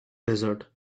desert